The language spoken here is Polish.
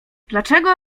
dlaczego